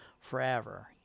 forever